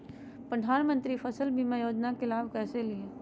प्रधानमंत्री फसल बीमा योजना के लाभ कैसे लिये?